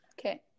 Okay